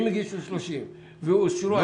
ואושרו 20, עשרה לא אישרו.